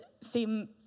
seem